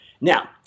Now